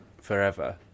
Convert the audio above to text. forever